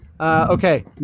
Okay